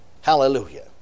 Hallelujah